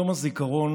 יום הזיכרון